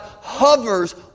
hovers